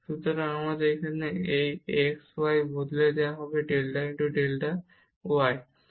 সুতরাং এখানে এই x y কে ডেল্টা x ডেল্টা y দিয়ে বদলে দেওয়া হবে